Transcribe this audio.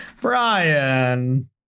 Brian